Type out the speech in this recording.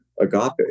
agape